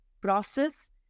process